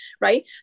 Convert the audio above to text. Right